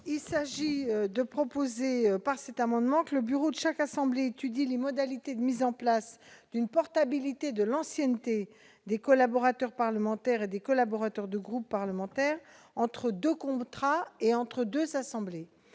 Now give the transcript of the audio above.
n° 2 rectifié. Cet amendement prévoit que le bureau de chaque assemblée étudie les modalités de mise en place d'une portabilité de l'ancienneté des collaborateurs parlementaires et des collaborateurs de groupes parlementaires entre deux contrats et entre les deux assemblées.